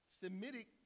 Semitic